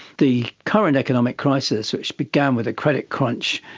the current economic crisis, which begin with the credit crunch,